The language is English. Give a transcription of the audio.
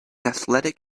athletic